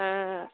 हँ